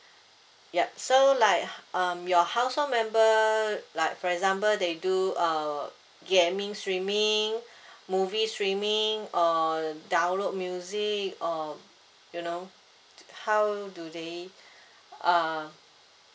yup so like um your household member like for example they do uh gaming streaming movie streaming or download music or you know how do they uh